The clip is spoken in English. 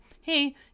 hey